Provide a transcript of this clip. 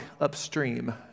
upstream